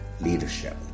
leadership